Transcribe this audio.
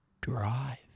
drive